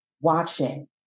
watching